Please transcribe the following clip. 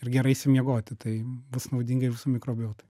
ir gerai išsimiegoti tai bus naudinga ir jūsų mikrobiotai